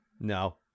No